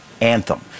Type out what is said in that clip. anthem